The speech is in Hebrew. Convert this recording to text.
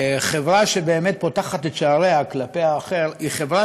חברה שבאמת פותחת את שעריה כלפי האחר היא חברה